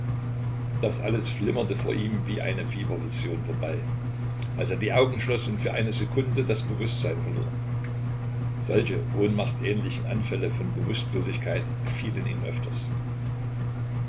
das alles flimmerte vor ihm wie eine fiebervision vorbei als er die augen schloß und für eine sekunde das bewußtsein verlor solche ohnmachtähnliche anfälle von bewußtlosigkeit befielen ihn öfters